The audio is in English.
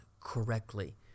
correctly